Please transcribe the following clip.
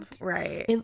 Right